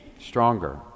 stronger